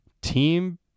Team